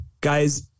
guys